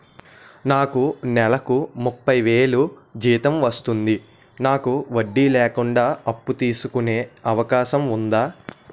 నాకు నేలకు ముప్పై వేలు జీతం వస్తుంది నాకు వడ్డీ లేకుండా అప్పు తీసుకునే అవకాశం ఉందా